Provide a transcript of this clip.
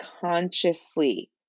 consciously